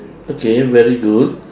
okay very good